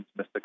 Mr